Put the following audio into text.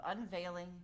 unveiling